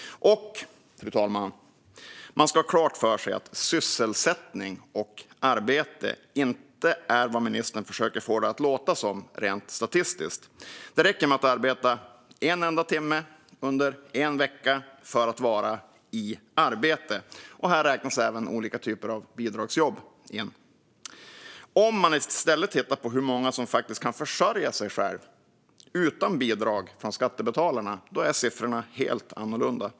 Man ska ha klart för sig att sysselsättning och arbete inte är vad ministern försöker få det att låta som rent statistiskt. Det räcker med att arbeta en enda timme under en enda vecka för att vara i arbete, och här räknas även olika typer av bidragsjobb in. Om man i stället tittar på hur många som faktiskt kan försörja sig själva utan bidrag från skattebetalarna är siffrorna helt annorlunda.